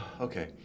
okay